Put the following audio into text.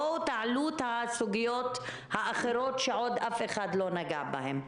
בואו תעלו את הסוגיות האחרות שעוד אף אחד לא נגע בהן,